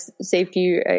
safety